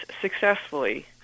successfully